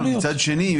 מצד שני,